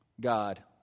God